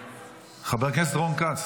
חבר הכנסת רון כץ,